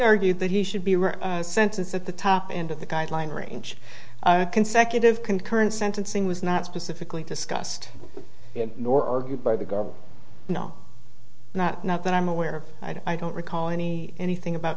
argued that he should be sentenced at the top end of the guideline range consecutive concurrent sentencing was not specifically discussed nor argued by the government no not not that i'm aware of i don't recall any anything about